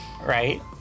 Right